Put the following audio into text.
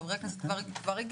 חברי כנסת כבר הגישו.